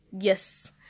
Yes